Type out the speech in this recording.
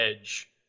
edge